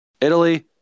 Italy